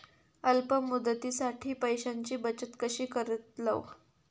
अल्प मुदतीसाठी पैशांची बचत कशी करतलव?